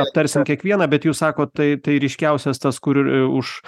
aptarsim kiekvieną bet jūs sakot tai tai ryškiausias tas kur už